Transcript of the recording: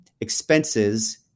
expenses